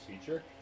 feature